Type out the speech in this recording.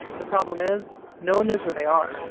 the problem is, no one knows where they are.